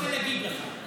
לא רוצה להגיד לך.